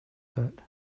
but